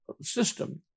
system